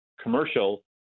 commercial